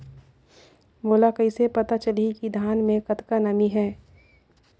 मोला कइसे पता चलही की धान मे कतका नमी हे?